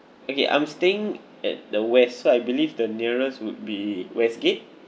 okay I'm staying at the west so I believe the nearest would be westgate